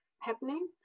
happening